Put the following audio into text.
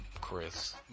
Chris